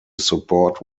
support